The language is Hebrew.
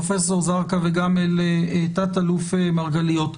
פרופסור זרקא וגם אל תא"ל מרגלית.